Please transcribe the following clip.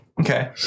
Okay